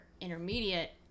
intermediate